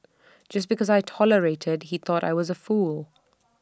just because I tolerated he thought I was A fool